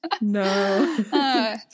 no